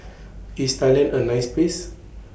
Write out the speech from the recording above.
IS Thailand A nice Place